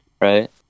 right